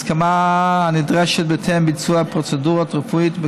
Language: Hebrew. הסכמה הנדרשת בטרם ביצוע פרוצדורות רפואיות.